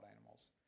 animals